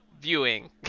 viewing